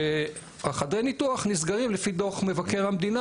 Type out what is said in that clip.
שחדרי הניתוח נסגרים לפי דוח מבקר המדינה,